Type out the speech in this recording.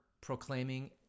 proclaiming